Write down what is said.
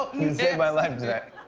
you saved my life today.